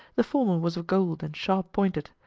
the former was of gold and sharp pointed,